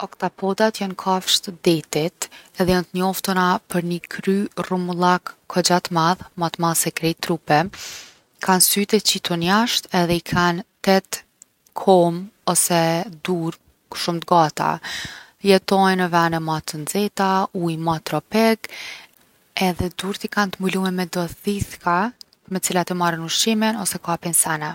Oktapodat jon kafshë t’detit edhe jon t’njoftuna për ni kry rrumullak kogja t’madh, ma t’madh se krejt trupi. I kan syt e qitun jashtë edhe i kan 8 kom ose dur shumë t’gata. Jetojnë n’vene ma t’nxeta, ujë ma tropik. Edhe durt i kan t’mbulume me do thithka me t’cilat e marrin ushqimin ose kapin sene.